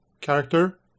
character